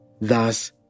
Thus